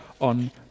on